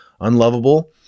unlovable